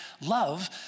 love